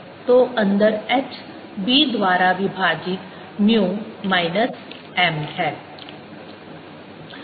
तो अंदर H B द्वारा विभाजित म्यू माइनस M है